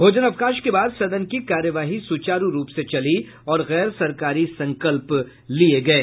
भोजनावकाश के बाद सदन की कार्यवाही सुचारू रूप से चली और गैर सरकारी संकल्प लिये गये